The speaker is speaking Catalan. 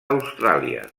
austràlia